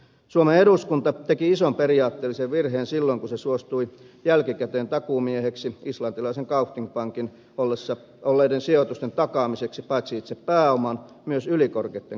suomen eduskunta teki ison periaatteellisen virheen silloin kun se suostui jälkikäteen takuumieheksi islantilaisessa kaupthing pankissa olleiden sijoitusten takaamiseksi paitsi itse pääoman myös ylikorkeitten korkojen osalta